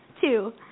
Two